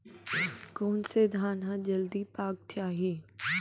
कोन से धान ह जलदी पाक जाही?